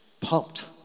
pumped